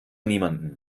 niemandem